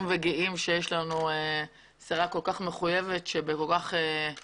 וגאים שיש לנו שרה כל כך מחויבת שאחרי